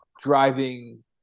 driving